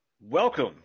Welcome